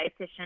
dietitian